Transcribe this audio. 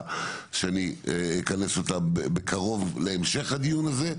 שאני אכנס אותה בקרוב להמשך הדיון הזה.